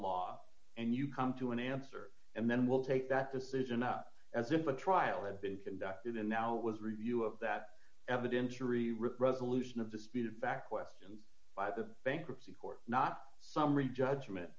law and you come to an answer and then we'll take that decision up as if a trial had been conducted in now was review of that evidence three ripped resolution of disputed fact question by the bankruptcy court not summary judgment